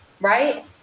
Right